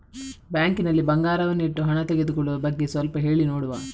Bank ನಲ್ಲಿ ಬಂಗಾರವನ್ನು ಇಟ್ಟು ಹಣ ತೆಗೆದುಕೊಳ್ಳುವ ಬಗ್ಗೆ ಸ್ವಲ್ಪ ಹೇಳಿ ನೋಡುವ?